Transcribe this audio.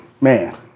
man